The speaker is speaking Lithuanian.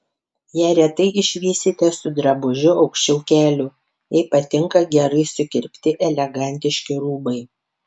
ją retai išvysite su drabužiu aukščiau kelių jai patinka gerai sukirpti elegantiški rūbai